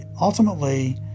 ultimately